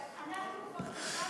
אבל אנחנו כבר קבענו דיון,